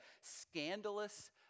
scandalous